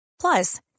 Plus